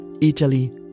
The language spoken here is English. Italy